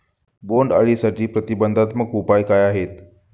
बोंडअळीसाठी प्रतिबंधात्मक उपाय काय आहेत?